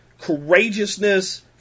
courageousness